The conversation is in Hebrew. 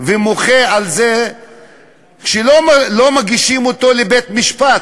ומוחה על זה שלא מגישים אותו לבית-משפט,